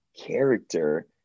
character